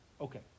Okay